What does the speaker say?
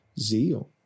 zeal